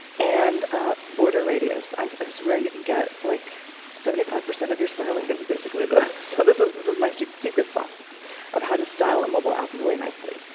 and border radius. i swear you can get like seventy five percent of your styling is basically this. so this is this is my secret secret sauce of how to style a mobile app really nicely.